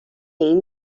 این